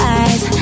eyes